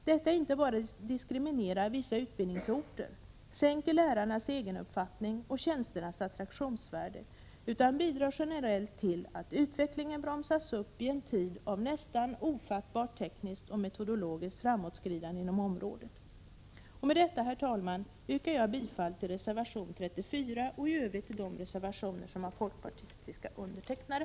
Detta inte bara diskriminerar vissa utbildningsorter och sänker lärarnas egenuppfattning och tjänsternas attraktionsvärde, utan det bidrar generellt till att utvecklingen bromsas upp i en tid av nästan ofattbart tekniskt och metodologiskt framåtskridande inom området. Med detta, herr talman, yrkar jag bifall till reservation 34 och i övrigt till de reservationer som har folkpartistisk undertecknare.